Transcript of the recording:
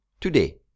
today